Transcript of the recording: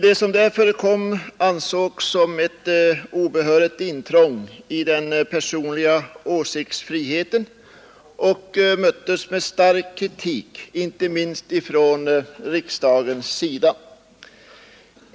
Det som där förekom ansågs som ett obehörigt intrång i den personliga åsiktsfriheten och möttes med stark kritik, inte minst från riksdagens sida.